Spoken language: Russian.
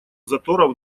заторов